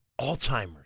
Alzheimer's